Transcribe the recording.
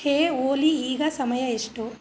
ಹೇ ಓಲಿ ಈಗ ಸಮಯ ಎಷ್ಟು